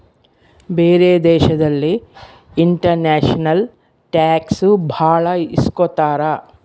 ಬೇರೆ ದೇಶದಲ್ಲಿ international tax ಭಾಳ ಇಸ್ಕೊತಾರ